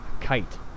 Kite